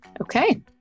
Okay